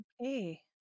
Okay